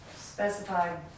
specified